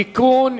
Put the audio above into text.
(תיקון,